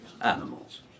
animals